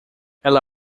ela